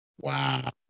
Wow